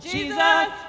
Jesus